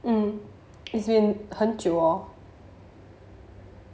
mm it's been 很久 lor